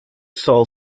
soul